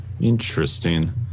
Interesting